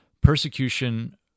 Persecution